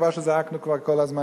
דבר שזרקנו כבר כל הזמן,